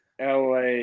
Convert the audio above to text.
La